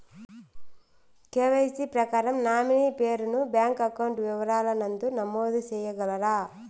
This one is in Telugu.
కె.వై.సి ప్రకారం నామినీ పేరు ను బ్యాంకు అకౌంట్ వివరాల నందు నమోదు సేయగలరా?